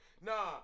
Nah